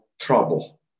trouble